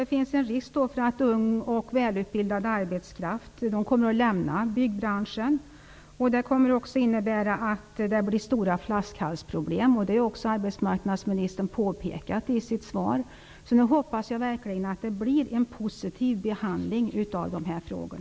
Det finns risk att ung och välutbildad arbetskraft kommer att lämna byggbranschen, vilket senare kommer att innebära stora flaskhalsproblem, precis som arbetsmarknadsministern påpekat i sitt svar. Jag hoppas alltså på en positiv behandling av dessa frågor.